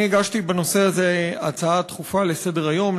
אני הגשתי בנושא הזה הצעה דחופה לסדר-היום.